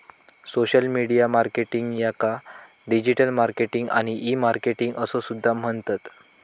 social media marketing याका digital marketing आणि e marketing असो सुद्धा म्हणतत